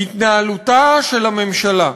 התנהלותה של הממשלה,